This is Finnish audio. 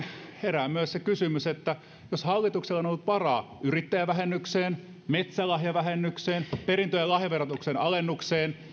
herää myös se kysymys että jos hallituksella on ollut varaa yrittäjävähennykseen metsälahjavähennykseen perintö ja lahjaverotuksen alennukseen